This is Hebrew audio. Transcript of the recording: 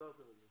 שפתרתם את זה.